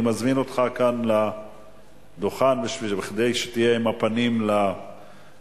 אני מזמין אותך כאן לדוכן כדי שתהיה עם הפנים לשואלים.